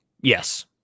Yes